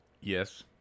Yes